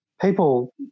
people